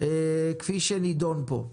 כפי שנידון פה.